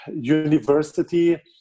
university